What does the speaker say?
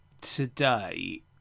today